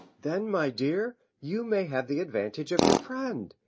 then, my dear, you may have the advantage of your friend,